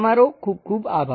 તમારો ખુબ ખુબ આભાર